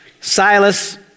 Silas